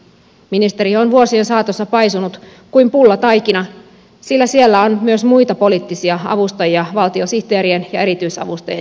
ministeriö on vuosien saatossa paisunut kuin pullataikina sillä siellä on myös muita poliittisia avustajia valtiosihteerien ja erityisavustajien lisäksi